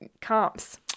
comps